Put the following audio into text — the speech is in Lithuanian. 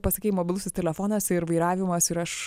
pasakei mobilusis telefonas ir vairavimas ir aš